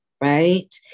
right